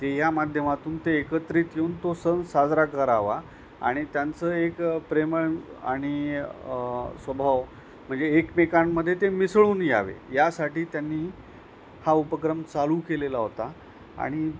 ते या माध्यमातून ते एकत्रित येऊन तो सण साजरा करावा आणि त्यांचं एक प्रेमळ म् आणि स्वभाव म्हणजे एकमेकांमध्ये ते मिसळून यावे यासाठी त्यांनी हा उपक्रम चालू केलेला होता आणि